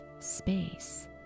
space